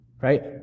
right